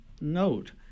note